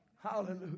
Hallelujah